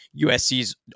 USC's